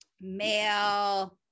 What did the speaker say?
male